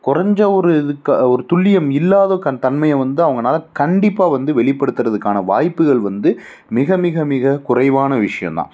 குறஞ்ச ஒரு இதுக்கா ஒரு துல்லியம் இல்லாத கண் தன்மையை வந்து அவங்கனால கண்டிப்பாக வந்து வெளிப்படுத்துறதுக்கான வாய்ப்புகள் வந்து மிக மிக மிக குறைவான விஷயந்தான்